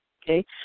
Okay